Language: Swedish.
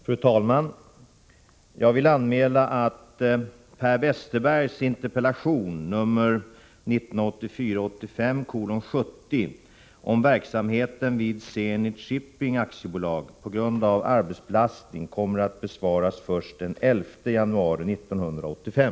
Fru talman! Jag vill anmäla att Per Westerbergs interpellation nr 1984/ 85:70 om verksamheten vid Zenith Shipping AB på grund av arbetsbelastning kommer att besvaras först den 11 januari 1985.